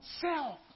self